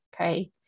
Okay